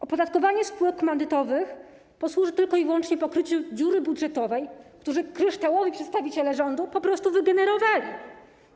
Opodatkowanie spółek komandytowych posłuży tylko i wyłącznie pokryciu dziury budżetowej, którą kryształowi przedstawiciele rządu po prostu wygenerowali.